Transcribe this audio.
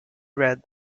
read